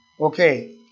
Okay